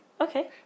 Okay